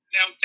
Now